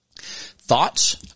Thoughts